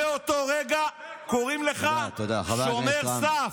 מאותו רגע קוראים לך שומר סף.